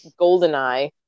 Goldeneye